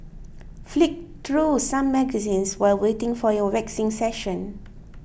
flick through some magazines while waiting for your waxing session